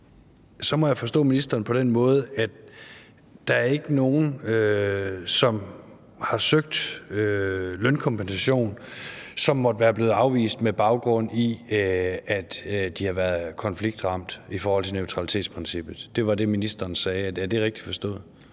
Jeg forstår ministeren på den måde, at der ikke er nogen, som har søgt om lønkompensation, som måtte være blevet afvist, på baggrund af at de havde været konfliktramt, i forhold til neutralitetsprincippet. Det var det, ministeren sagde. Er det rigtigt forstået?